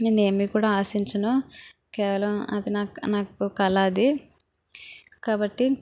నేను ఏమి కూడా ఆశించను కేవలం అది నాకు నా కళ అది కాబట్టి